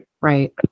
Right